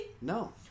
No